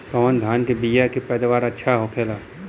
कवन धान के बीया के पैदावार अच्छा होखेला?